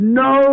no